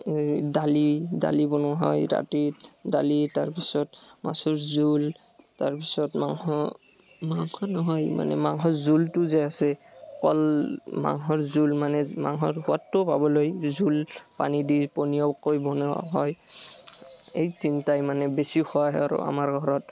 এই দালি দালি বনোৱা হয় ৰাতিত দালি তাৰপিছত মাছৰ জোল তাৰপিছত মাংস মাংস নহয় মানে মাংসৰ জোলটো যে আছে অকল মাংসৰ জোল মানে মাংসৰ সোৱাদটো পাবলৈ জোল পানী দি পনীয়াকৈ বনোৱা হয় এই তিনিটাই মানে বেছি খোৱা হয় আৰু আমাৰ ঘৰত